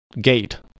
gate